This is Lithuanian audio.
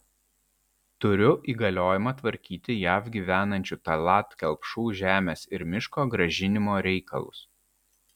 turiu įgaliojimą tvarkyti jav gyvenančių tallat kelpšų žemės ir miško grąžinimo reikalus